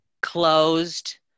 closed